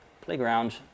Playground